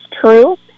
true